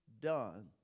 done